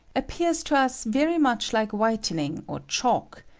appears to us very much like whitening or chalk,